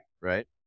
right